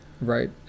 Right